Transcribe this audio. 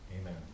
Amen